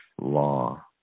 law